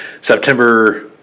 September